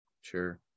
sure